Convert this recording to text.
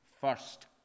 first